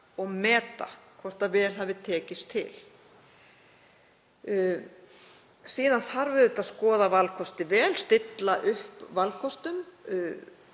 og meta hvort vel hafi tekist til. Síðan þarf auðvitað að skoða valkosti vel, stilla upp valkostum